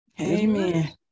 Amen